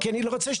כי אני לא רוצה,